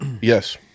Yes